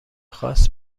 خاص